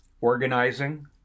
organizing